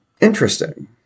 Interesting